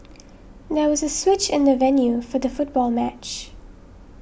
there was a switch in the venue for the football match